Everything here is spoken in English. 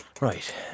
Right